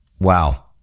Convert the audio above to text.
Wow